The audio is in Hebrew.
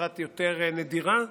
אחת יותר נדירה,